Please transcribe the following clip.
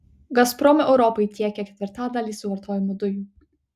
gazprom europai tiekia ketvirtadalį suvartojamų dujų